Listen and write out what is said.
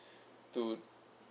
to